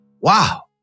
Wow